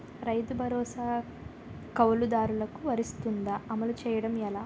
రైతు భరోసా కవులుదారులకు వర్తిస్తుందా? అమలు చేయడం ఎలా